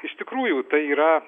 iš tikrųjų tai yra